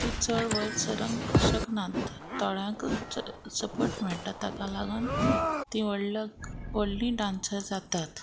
ती चड वयर सरंग शकनात थोड्यांक सपोर्ट मेळटा ताका लागून ती व्हडलो व्हडली डांसर जातात